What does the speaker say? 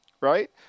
Right